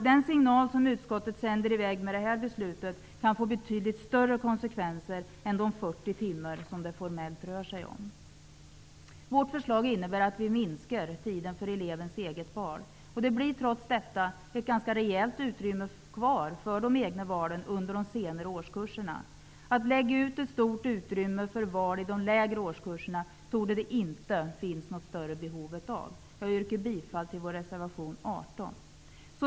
Den signal som utskottet sänder iväg med det här beslutet kan få betydligt större konsekvenser än de 40 timmar det formellt rör sig om. Vårt förslag innebär att vi minskar tiden för elevens eget val. Det blir trots detta ett ganska rejält utrymme kvar för de egna valen under de senare årskurserna. Något stort utrymme för val i de lägre årskurserna torde det inte finnas något större behov av. Jag yrkar bifall till vår reservation nr 18.